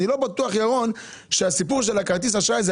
אני לא בטוח, ירון, שהסיפור של כרטיס האשראי.